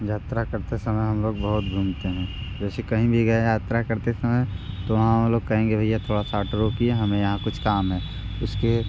यात्रा करते समय हम लोग बहुत घूमते हैं जैसे कहीं भी गए यात्रा करते समय तो हम लोग कहेंगे भैया थोड़ा साथ ऑटो रोकिए हमें यहाँ कुछ काम है उसके